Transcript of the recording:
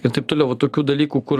ir taip toliau va tokių dalykų kur